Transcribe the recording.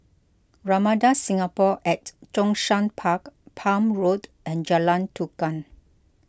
Ramada Singapore at Zhongshan Park Palm Road and Jalan Tukang